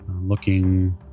looking